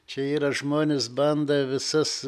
čia yra žmonės bando visas